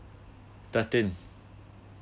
thirteen